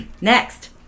Next